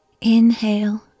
Inhale